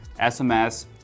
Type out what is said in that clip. SMS